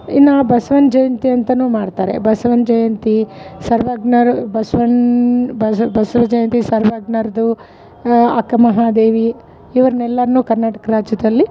ಇನ್ನು ಬಸವನ ಜಯಂತಿ ಅಂತನು ಮಾಡ್ತಾರೆ ಬಸವನ ಜಯಂತಿ ಸರ್ವಜ್ಞರ್ ಬಸ್ವಣ್ಣ ಬಸ ಬಸವ ಜಯಂತಿ ಸರ್ವಜ್ಞರ್ದು ಅಕ್ಕಮಹಾದೇವಿ ಇವ್ರನೆಲ್ಲಾರ್ನು ಕರ್ನಾಟಕ ರಾಜ್ಯದಲ್ಲಿ